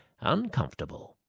uncomfortable